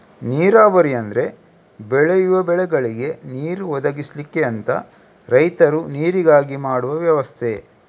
ನೀರಾವರಿ ಅಂದ್ರೆ ಬೆಳೆಯುವ ಬೆಳೆಗಳಿಗೆ ನೀರು ಒದಗಿಸ್ಲಿಕ್ಕೆ ಅಂತ ರೈತರು ನೀರಿಗಾಗಿ ಮಾಡುವ ವ್ಯವಸ್ಥೆ